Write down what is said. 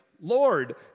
Lord